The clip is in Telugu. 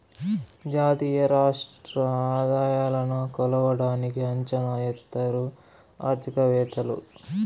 జాతీయ రాష్ట్ర ఆదాయాలను కొలవడానికి అంచనా ఎత్తారు ఆర్థికవేత్తలు